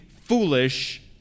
foolish